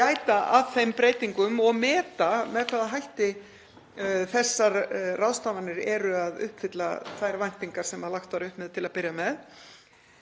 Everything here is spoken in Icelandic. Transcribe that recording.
að gæta að þeim breytingum og meta með hvaða hætti þessar ráðstafanir uppfylla þær væntingar sem lagt var upp með til að byrja með.